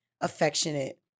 affectionate